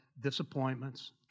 disappointments